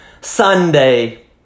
Sunday